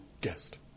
guest